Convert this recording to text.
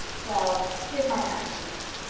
well, here's my masterpiece.